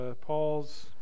Paul's